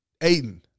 Aiden